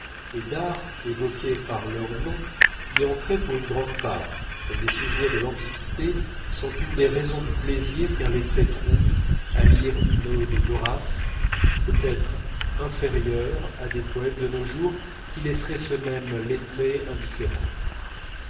et d'art évoquées par leurs noms y entraient pour une grande part comme des souvenirs de l'antiquité sont une des raisons du plaisir qu'un lettré trouve à lire une ode d'horace peut-être inférieure à des poèmes de nos jours qui laisseraient ce même lettré indifférent